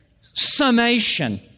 summation